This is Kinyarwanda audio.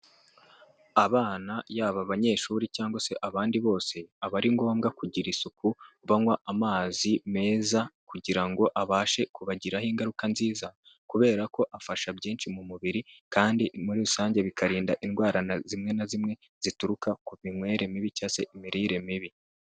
Abana yaba abanyeshuri cyangwa se abandi bose, aba ari ngombwa kugira isuku banywa amazi meza kugira ngo abashe kubagiraho ingaruka nziza, kubera ko afasha byinshi mu mubiri kandi muri rusange bikarinda indwara zimwe na zimwe zituruka ku minywere mibi cyangwa se imirire mibi.